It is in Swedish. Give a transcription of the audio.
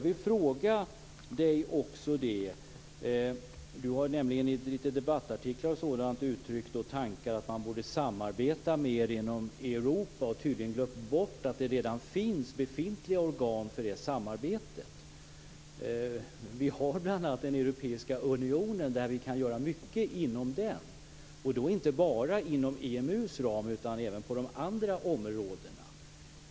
Johan Lönnroth har i debattartiklar uttryckt tankar att man borde samarbeta mer inom Europa, och han har tydligen glömt bort att det redan finns befintliga organ för det samarbetet. Vi har bl.a. den europeiska unionen, och vi kan göra mycket inom den. Då är det inte bara inom EMU:s ram utan även på de andra områdena.